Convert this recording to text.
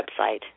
website